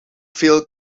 veel